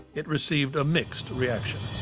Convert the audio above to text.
it received a mixed reaction.